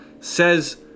says